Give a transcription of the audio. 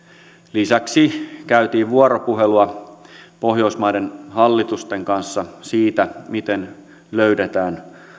lisäksi käytiin vuoropuhelua pohjoismaiden hallitusten kanssa siitä miten löydetään